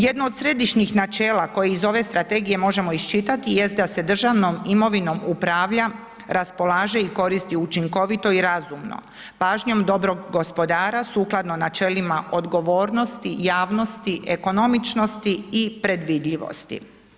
Jedno od središnjih načela koje ih ove strategije možemo iščitati da se državnom imovinom upravlja, raspolaže i koristi učinkovito i razumno, pažnjom dobrog gospodara sukladno načelima odgovornosti, javnosti, ekonomičnosti i predvidljivosti.